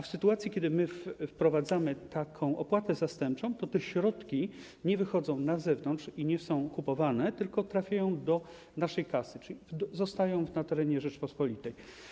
W sytuacji gdy wprowadzamy opłatę zastępczą, te środki nie wychodzą na zewnątrz, nie są kupowane, tylko trafiają do naszej kasy, czyli zostają na terenie Rzeczypospolitej.